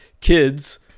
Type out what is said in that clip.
Kids